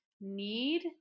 need